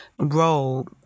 role